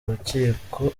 rukiko